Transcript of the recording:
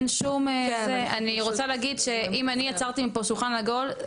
אני רוצה להגיד שאם אני יצאתי מפה עם שולחן עגול,